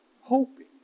hoping